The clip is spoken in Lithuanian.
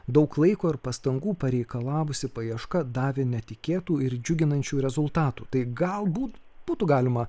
daug laiko ir pastangų pareikalavusi paieška davė netikėtų ir džiuginančių rezultatų tai galbūt būtų galima